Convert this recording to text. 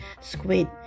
squid